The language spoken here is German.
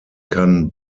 kann